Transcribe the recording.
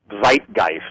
zeitgeist